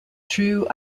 true